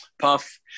puff